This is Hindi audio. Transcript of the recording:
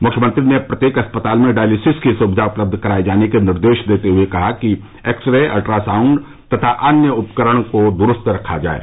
मुख्यमंत्री ने प्रत्येक अस्पताल में डायलिसिस की सुविधा उपलब्ध कराये जार्न के निर्देश देते हुए कहा कि एक्स रे अल्ट्रा साउंड तथा अन्य उपकरण को दुरूस्त रखा जाये